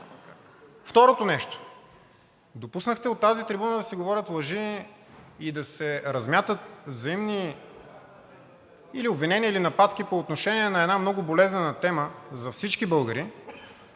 Второто нещо. Допуснахте от тази трибуна да се говорят лъжи и да се размятат взаимни или обвинения, или нападки по отношение на една много болезнена тема за всички българи,